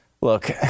Look